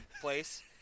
place